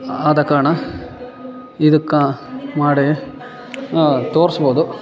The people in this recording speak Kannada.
ಆದ ಕಾರಣ ಇದಕ್ಕೆ ಮಾಡೇ ತೊರ್ಸ್ಬೋದು